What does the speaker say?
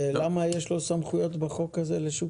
למה יש לשוק ההון סמכויות בחוק הזה?